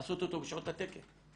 לעשות אותו בשעות התקן.